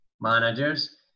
managers